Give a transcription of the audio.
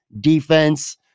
defense